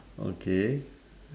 okay